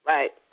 Right